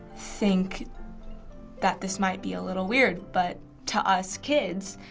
think that this might be a little weird, but to us kids,